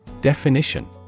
Definition